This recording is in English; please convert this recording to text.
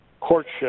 courtship